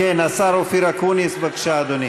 כן, השר אופיר אקוניס, בבקשה, אדוני.